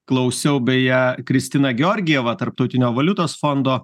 klausiau beje kristina georgijeva tarptautinio valiutos fondo